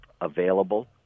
available